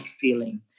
feeling